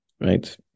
right